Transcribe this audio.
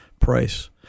price